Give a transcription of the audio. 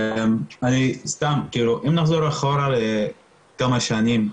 אם נחזור אחורה, כמה שנים,